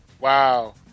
wow